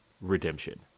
Redemption